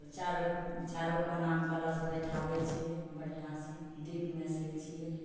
चारो चारो कोनामे कलश बैठाबै छियै बढ़िआँसँ दीप नेसै छियै